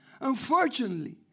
Unfortunately